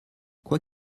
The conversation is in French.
quoi